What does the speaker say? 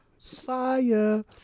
Fire